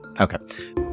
Okay